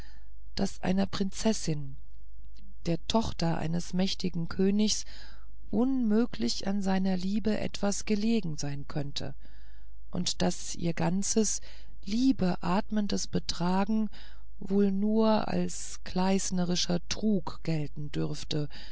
daß einer prinzessin der tochter eines mächtigen königs unmöglich an seiner liebe etwas gelegen sein könne und daß ihr ganzes liebeatmendes betragen wohl nur als gleisnerischer trug gelten dürfe